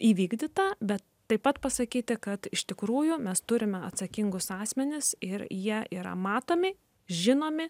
įvykdyta bet taip pat pasakyti kad iš tikrųjų mes turime atsakingus asmenis ir jie yra matomi žinomi